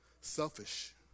Selfish